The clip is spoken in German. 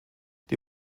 die